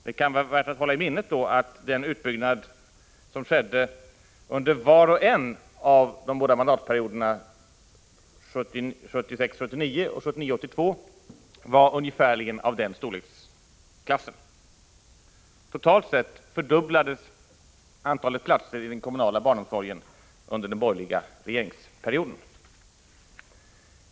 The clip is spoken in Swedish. Det kan då vara värt att hålla i minnet att den utbyggnad som genomfördes under var och en av de båda mandatperioderna 1976-1979 och 1979-1982 var av ungefär den storleksordningen. Totalt sett fördubblades antalet platser i den kommunala barnomsorgen under de borgerliga regeringsåren.